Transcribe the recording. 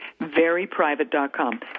veryprivate.com